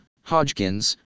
Hodgkin's